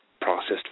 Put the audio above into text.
processed